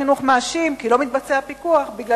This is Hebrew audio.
משרד החינוך מאשים שלא מתבצע פיקוח בגלל